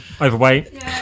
overweight